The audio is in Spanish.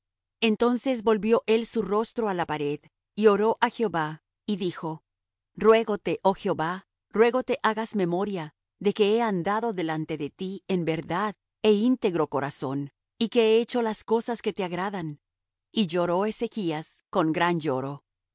entonces volvió él su rostro á la pared y oró á jehová y dijo ruégote oh jehová ruégote hagas memoria de que he andado delante de ti en verdad é íntegro corazón y que he hecho las cosas que te agradan y lloró ezechas con gran lloro